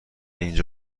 اینجا